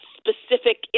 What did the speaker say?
specific